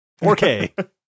4K